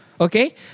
Okay